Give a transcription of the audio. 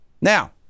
Now